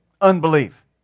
unbelief